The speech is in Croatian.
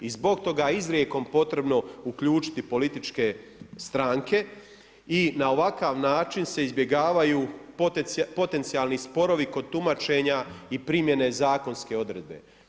I zbog toga je izrijekom potrebno uključiti političke stranke i na ovakav način se izbjegavaju potencijalni sporovi kod tumačenja i primjene zakonske odredbe.